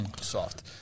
Soft